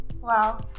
Wow